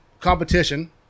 competition